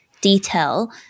detail